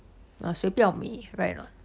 谁不要美 right not